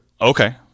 Okay